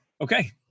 Okay